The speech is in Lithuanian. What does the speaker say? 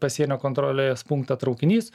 pasienio kontrolės punktą traukinys